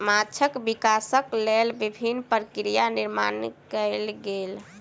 माँछक विकासक लेल विभिन्न प्रक्रिया निर्माण कयल गेल